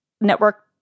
network